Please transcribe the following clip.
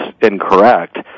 incorrect